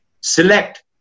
select